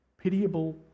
pitiable